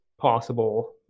possible